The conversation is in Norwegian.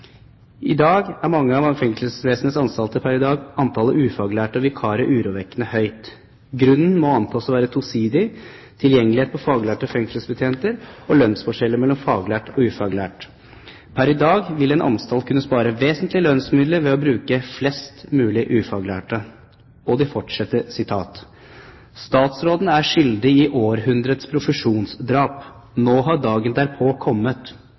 i dag antallet ufaglærte og vikarer urovekkende høyt. Grunnen må antas å være tosidig, tilgjengelighet på faglærte fengselsbetjenter og lønnsforskjellen mellom faglært og ufaglært. Per i dag vil en anstalt kunne spare vesentlige lønnsmidler ved å bruke flest mulig ufaglærte. Artikkelen fortsetter slik: «Statsråden er skyldig i århundrets profesjonsdrap! Nå har dagen derpå kommet.